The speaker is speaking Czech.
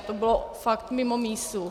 To bylo fakt mimo mísu.